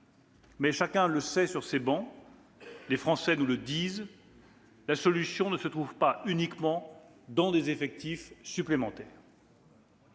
« Toutefois, chacun le sait sur ces bancs, et les Français nous le disent : la solution ne se trouve pas uniquement dans des effectifs supplémentaires.